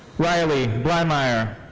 riley bleymeyer.